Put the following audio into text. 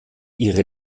ihre